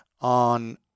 on